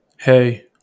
Hey